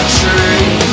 tree